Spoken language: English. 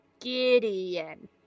Gideon